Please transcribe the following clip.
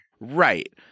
Right